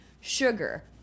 Sugar